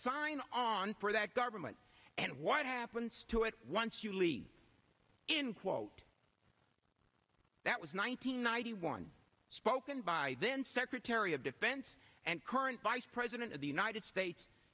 sign on for that government and what happens to it once you leave in quote that was one thousand nine hundred one spoken by then secretary of defense and current vice president of the united states